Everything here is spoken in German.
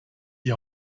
die